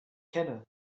kenne